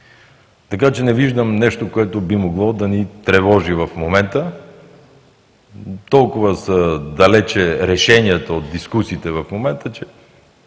Така че не виждам нещо, което тук би могло да ни тревожи в момента. Толкова са далече решенията от дискусиите в момента, че